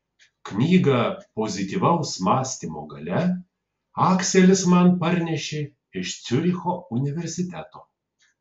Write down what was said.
knygą pozityvaus mąstymo galia akselis man parnešė iš ciuricho universiteto